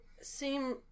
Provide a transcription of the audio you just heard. seem